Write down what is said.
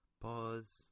pause